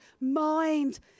mind